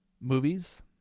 movies